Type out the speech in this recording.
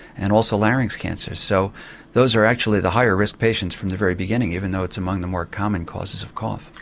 and also larynx cancers. so those are actually the higher risk patients from the very beginning, even though it's among the more common causes of cough.